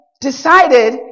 decided